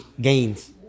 gains